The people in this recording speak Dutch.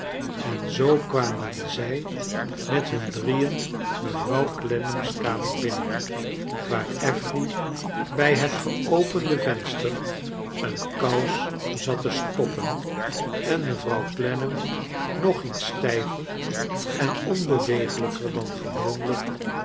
en zoo kwamen zij met him drieen mevrouw clennam's kamer binnen waar affery bij het geopende venster een kous zat te stoppen en mevrouw clennam nog lets stijver en onbewegelijker dan gewoonlrjk